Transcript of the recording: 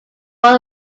both